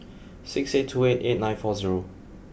six eight two eight eight nine four zero